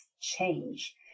change